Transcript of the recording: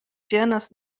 ĝenas